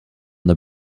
the